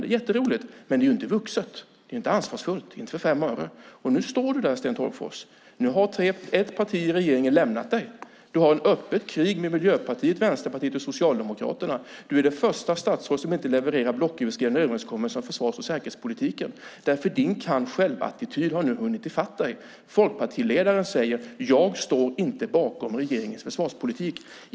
Det var jätteroligt, men det är inte vuxet eller ansvarsfullt för fem öre. Nu står du där, Sten Tolgfors. Nu har ett parti i regeringen lämnat dig. Du har ett öppet krig med Miljöpartiet, Vänsterpartiet och Socialdemokraterna. Du är det första statsråd som inte levererar blocköverskridande överenskommelser om försvars och säkerhetspolitiken därför att din kan-själv-attityd har hunnit i fatt dig. Folkpartiledaren säger: Jag står inte bakom regeringens försvarspolitik.